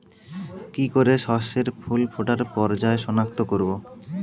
কি করে শস্যের ফুল ফোটার পর্যায় শনাক্ত করব?